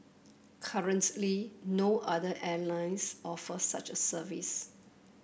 currently no other airlines offer such a service